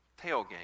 tailgate